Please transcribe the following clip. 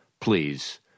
Please